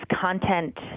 content